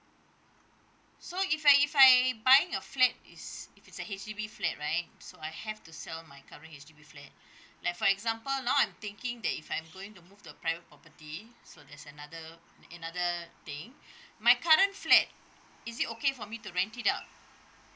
so if I if I buying a flat is if it's a H_D_B flat right so I have to sell my current H_D_B flat like for example now I'm thinking that if I'm going to move to a private property so that's another another thing my current flat is it okay for me to rent it out